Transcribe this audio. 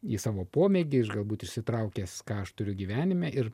į savo pomėgį galbūt įsitraukęs ką aš turiu gyvenime ir